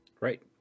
Right